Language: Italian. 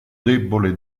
debole